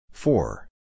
Four